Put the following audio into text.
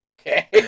Okay